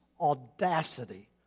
Audacity